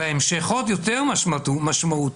וההמשך עוד יותר משמעותי,